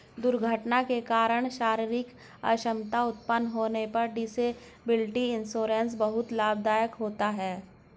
दुर्घटना के कारण शारीरिक अक्षमता उत्पन्न होने पर डिसेबिलिटी इंश्योरेंस बहुत लाभदायक होता है